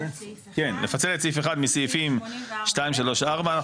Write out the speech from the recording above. לפצל את סעיף 1 מסעיפים שתיים, שלוש ארבע.